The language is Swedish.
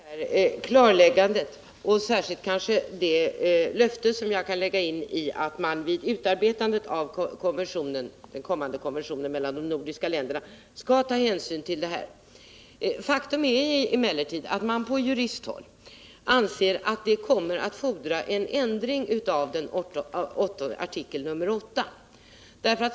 Herr talman! Jag tackar socialministern för det här klarläggandet, kanske särskilt för det löfte jag kan lägga in i uppgiften att man vid utarbetandet av den kommande konventionen mellan de nordiska länderna skall ta hänsyn till sådana här fall. Faktum är emellertid att man på juristhåll anser att det kommer att fordra en ändring av artikel 8.